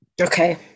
Okay